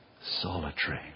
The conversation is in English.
solitary